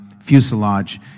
fuselage